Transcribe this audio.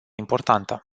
importantă